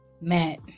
Matt